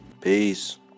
Peace